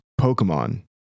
Pokemon